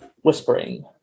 whispering